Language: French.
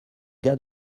gars